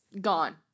Gone